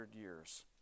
years